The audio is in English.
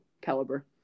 caliber